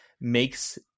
makes